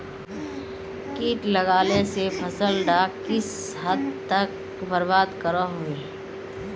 किट लगाले से फसल डाक किस हद तक बर्बाद करो होबे?